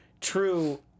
true